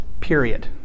period